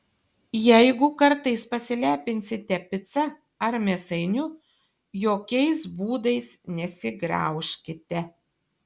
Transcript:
jeigu kartais pasilepinsite pica ar mėsainiu jokiais būdais nesigraužkite